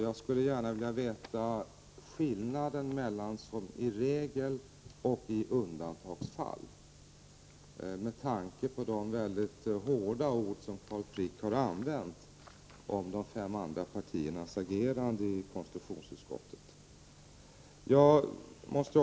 Jag skulle gärna vilja veta skillnaden mellan uttrycken som regel och i undantagsfall, detta med tanke på de väldigt hårda ord som Carl Frick har använt om de fem andra partiernas agerande i konstitutionsutskottet.